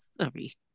sorry